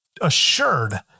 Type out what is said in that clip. assured